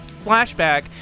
flashback